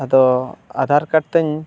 ᱟᱫᱚ ᱛᱤᱧ